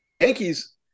Yankees